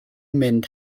mynd